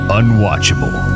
unwatchable